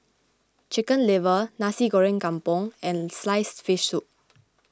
Chicken Liver Nasi Goreng Kampung and Sliced Fish Soup